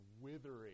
withering